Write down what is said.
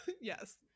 Yes